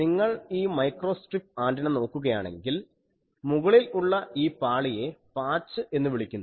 നിങ്ങൾ ഈ microstrip antenna നോക്കുകയാണെങ്കിൽ മുകളിൽ ഉള്ള ഈ പാളിയെ പാച്ച് എന്നു വിളിക്കുന്നു